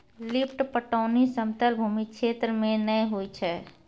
lift पटौनी समतल भूमी क्षेत्र मे नै होय छै